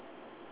ya